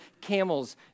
camels